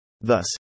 Thus